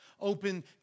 open